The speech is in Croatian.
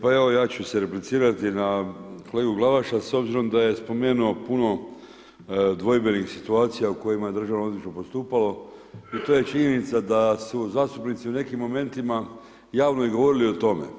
Pa evo, ja ću se replicirati na kolegu Glavaša, s obzirom da je spomenuo puno dvojbenih situacija, o kojem je Državno odvjetništvo postupalo, i to je činjenica da su zastupnici u nekim momentima javno i govorili o tome.